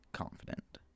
confident